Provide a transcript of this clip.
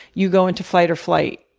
you go into fight or flight,